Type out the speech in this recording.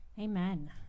Amen